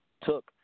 took